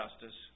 justice